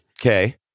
Okay